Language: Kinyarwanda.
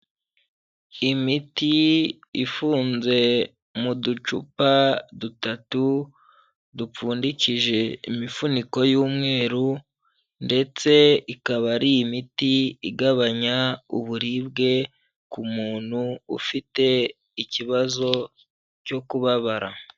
Imiti ifunze mu ducupa dutatu dupfundikije imifuniko y'umweru ndetse ikaba ari imiti igabanya uburibwe ku muntu ufite ikibazo cyo kubabara.